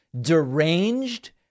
deranged